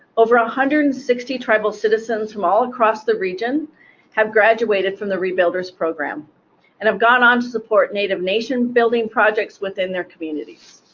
over one ah hundred and sixty tribal citizens from all across the region have graduated from the rebuilders program and have gone on to support native nation building projects within their communities.